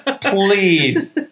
Please